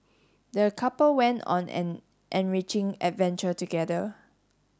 the couple went on an enriching adventure together